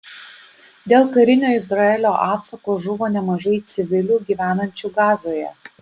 dėl karinio izraelio atsako žuvo nemažai civilių gyvenančių gazoje